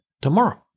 tomorrow